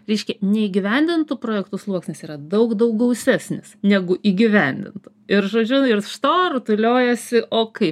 reiškia neįgyvendintų projektų sluoksnis yra daug daug gausesnis negu įgyvendintų ir žodžiu ir iš to rutuliojasi o kai